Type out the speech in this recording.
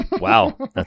Wow